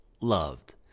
loved